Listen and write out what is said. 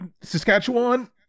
Saskatchewan